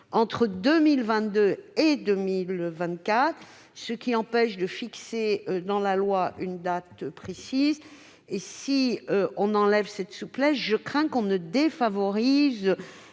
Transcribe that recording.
entre 2022 et 2024, ce qui empêche de fixer dans la loi une date précise. Si nous supprimions cette souplesse, je crains que nous ne défavorisions